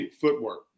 footwork